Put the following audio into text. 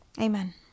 Amen